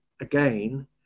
again